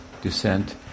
descent